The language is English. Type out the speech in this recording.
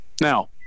now